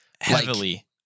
heavily